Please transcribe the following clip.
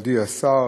מכובדי השר,